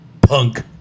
Punk